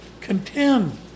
contend